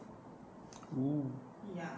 !woo!